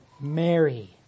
Mary